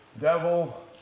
Devil